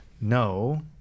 No